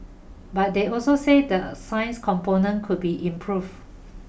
but they also say the science component could be improved